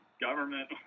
government